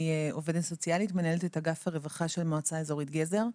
אני עובדת סוציאליות ומנהלת את אגף הרווחה של המועצה האזורית ׳גזר׳.